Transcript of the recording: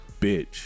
bitch